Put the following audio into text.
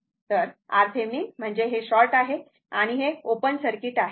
तर RThevenin म्हणजे हे शॉर्ट आहे आणि हे ओपन सर्किट आहे